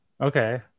okay